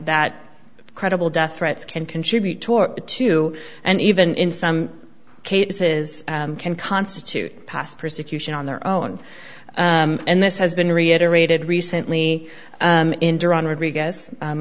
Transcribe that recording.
that credible death threats can contribute to and even in some cases can constitute past persecution on their own and this has been reiterated recently